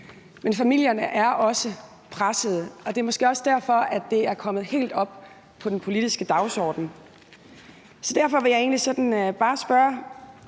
Men familierne er også pressede, og det er måske også derfor, at det er kommet helt op på den politiske dagsorden. Derfor vil jeg bare spørge